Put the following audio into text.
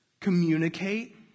Communicate